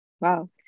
wow